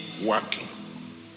working